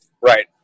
Right